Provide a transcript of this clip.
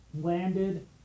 landed